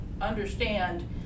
understand